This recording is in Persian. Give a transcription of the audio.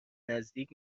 نزدیک